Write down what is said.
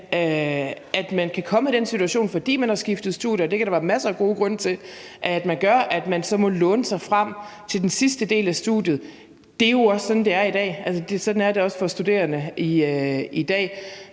at man kan komme i den situation, fordi man har skiftet studie – og det kan der være masser af gode grunde til at man gør – at man så må låne sig frem til den sidste del af studiet, er der jo også i dag. Altså, sådan er det også for studerende i dag.